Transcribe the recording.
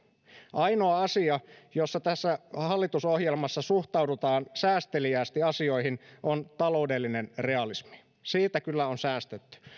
ainoa asia jossa tässä hallitusohjelmassa suhtaudutaan säästeliäästi asioihin on taloudellinen realismi siitä kyllä on säästetty